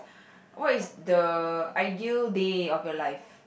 what is the ideal day of your life